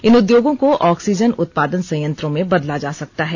इन उद्योगों को ऑक्सीजन उत्पादन संयंत्रों में बदला जा सकता है